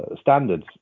standards